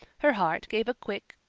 her heart gave a quick,